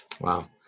wow